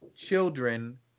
children